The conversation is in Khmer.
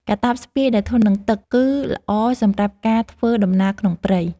កាតាបស្ពាយដែលធន់នឹងទឹក កឺល្អសម្រាប់ការធ្វើដំណើរក្នុងព្រៃ។